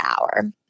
hour